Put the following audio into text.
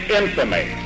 infamy